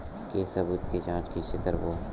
के सबूत के जांच कइसे करबो?